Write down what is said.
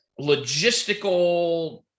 logistical